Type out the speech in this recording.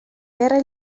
guerra